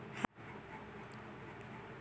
हम मंडी के रोज के रेट कैसे पता करें?